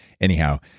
Anyhow